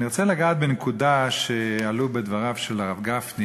אני רוצה לגעת בנקודה שעלתה בדבריו של הרב גפני,